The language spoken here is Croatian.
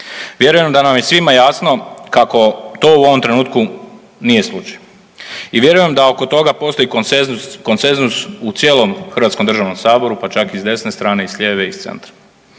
Vjerujem da nam je svima jasno kako to u ovom trenutku nije slučaj. I vjerujem da oko toga postoji konsenzus u cijelim Hrvatskom državnom saboru pa čak i desne strane i s lijeve i s centra.